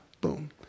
boom